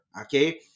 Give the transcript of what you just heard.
okay